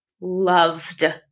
loved